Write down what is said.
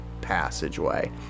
passageway